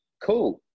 cool